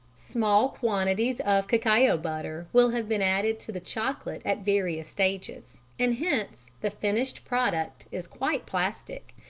small quantities of cacao butter will have been added to the chocolate at various stages, and hence the finished product is quite plastic.